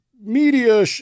media